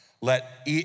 let